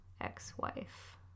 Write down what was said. ex-wife